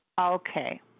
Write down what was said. Okay